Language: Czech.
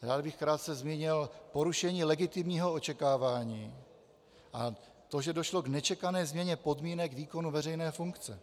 Rád bych krátce zmínil porušení legitimního očekávání, a to že došlo k nečekané změně podmínek veřejné funkce.